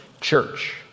church